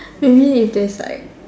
maybe if there's like